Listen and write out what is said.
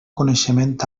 coneixement